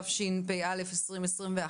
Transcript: התשפ"א-2021,